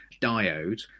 diode